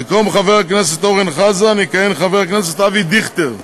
במקום חבר הכנסת אורן חזן יכהן חבר הכנסת אבי דיכטר.